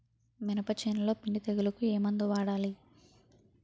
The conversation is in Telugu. మినప చేనులో పిండి తెగులుకు ఏమందు వాడాలి?